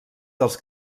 dels